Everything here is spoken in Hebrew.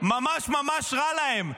ממש ממש רע להם,